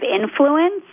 influence